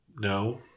No